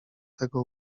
tego